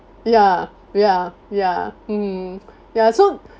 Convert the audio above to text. ya ya ya mmhmm ya so